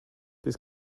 this